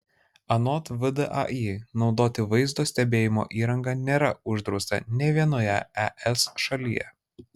anot vdai naudoti vaizdo stebėjimo įrangą nėra uždrausta nė vienoje es šalyje